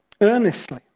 earnestly